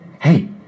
hey